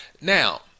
Now